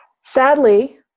Sadly